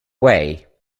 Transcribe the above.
way